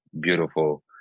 beautiful